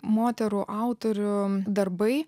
moterų autorių darbai